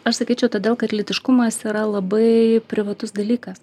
aš sakyčiau todėl kad lytiškumas yra labai privatus dalykas